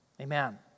Amen